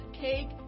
cake